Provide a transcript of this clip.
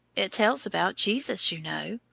it tells about jesus, you know,